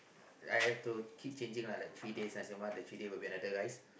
I have to keep changing uh like three days nasi-lemak the three day will be another rice